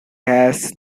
has